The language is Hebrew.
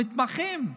המתמחים,